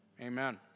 amen